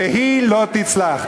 והיא לא תצלח.